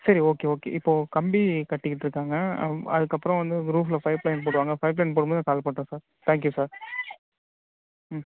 சரி okay okay இப்போ கம்பி கட்டிகிட்டுருக்காங்க அவங் அதுக்கப்புறம் வந்து ரூஃபில் ஃபைப்லைன் போடுவாங்க பைப்லைன் போடும் போது நான் கால் பண்ணுறேன் சார் தேங்க்யூ சார் ம்